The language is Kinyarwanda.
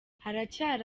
haracyari